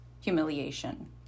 humiliation